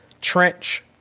trench